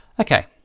Okay